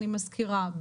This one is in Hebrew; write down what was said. אני מזכירה,